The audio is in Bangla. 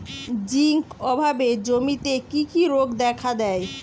জিঙ্ক অভাবে জমিতে কি কি রোগ দেখাদেয়?